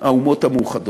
האומות המאוחדות.